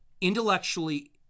intellectually